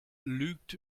lügt